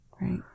right